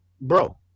bro